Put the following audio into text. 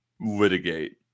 litigate